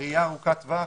הראייה ארוכת הטווח